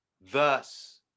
thus